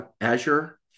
Azure